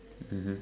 mmhmm